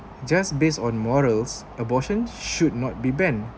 just based on morals abortion should not be banned